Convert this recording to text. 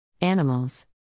Animals